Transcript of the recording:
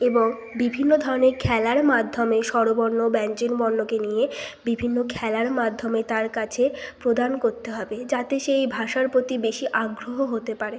এবং বিভিন্ন ধরনের খেলার মাধ্যমে স্বরবর্ণ ব্যঞ্জনবর্ণকে নিয়ে বিভিন্ন খেলার মাধ্যমে তার কাছে প্রদান করতে হবে যাতে সে এই ভাষার প্রতি বেশি আগ্রহ হতে পারে